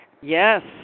Yes